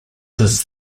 his